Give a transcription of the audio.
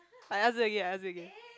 I ask you again I ask you again